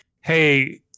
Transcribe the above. hey